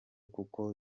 kuko